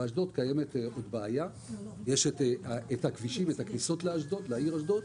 ובאשדוד יש בעיה כי יש הכניסות לעיר אשדוד.